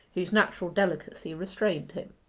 whose natural delicacy restrained him.